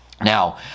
now